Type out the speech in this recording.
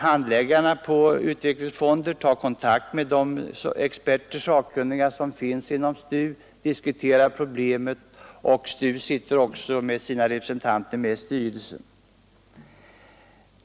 Handläggarna i utvecklingsfonden tar kontakt med experter och sakkunniga inom STU och diskuterar problemen. STU har också sina representanter i styrelsen.